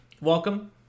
Welcome